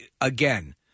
again